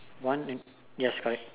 one and yes right